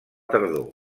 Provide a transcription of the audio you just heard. tardor